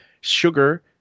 sugar